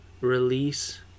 release